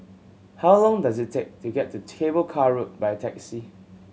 how long does it take to get to Cable Car Road by taxi